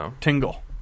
Tingle